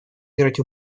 играть